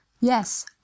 Yes